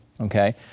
Okay